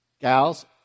Gals